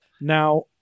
now